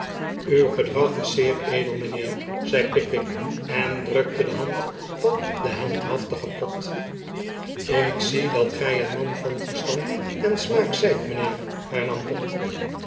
uw gedrag is zeer edel mijnheer zei pickwick en drukte de hand van den heldhaftigen pott ik zie dat gij een man van verstand en smaak zijt mijnheer hernam pott